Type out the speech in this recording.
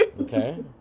Okay